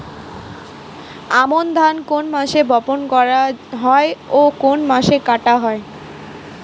আমন ধান কোন মাসে বপন করা হয় ও কোন মাসে কাটা হয়?